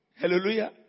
Hallelujah